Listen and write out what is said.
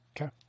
Okay